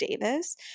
Davis